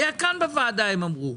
כאן בוועדה הם אמרו.